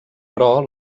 però